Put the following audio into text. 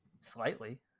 slightly